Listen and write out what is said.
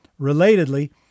Relatedly